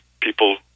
people